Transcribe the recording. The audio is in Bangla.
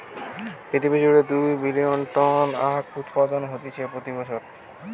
পৃথিবী জুড়ে দুই বিলিয়ন টন আখউৎপাদন হতিছে প্রতি বছর